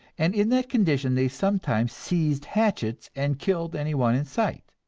and in that condition they sometimes seized hatchets and killed anyone in sight.